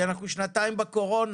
אנחנו נמצאים כבר שנתיים בקורונה,